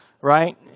right